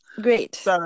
Great